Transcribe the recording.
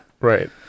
Right